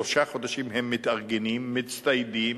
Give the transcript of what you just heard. שלושה חודשים הם מתארגנים, מצטיידים,